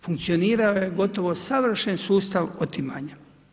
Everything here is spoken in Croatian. Funkcionirao je gotovo savršen sustav otimanja.